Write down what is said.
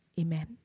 Amen